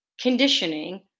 conditioning